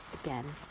again